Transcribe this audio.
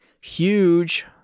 huge